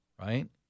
right